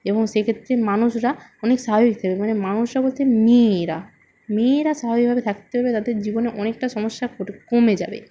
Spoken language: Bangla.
এবং সেক্ষেত্রে মানুষরা অনেক স্বাভাবিক থাকবে মানে মানুষরা বলতে মেয়েরা মেয়েরা স্বাভাবিকভাবে থাকতে পারবে তাদের জীবনে অনেকটা সমস্যা কমে যাবে